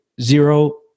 zero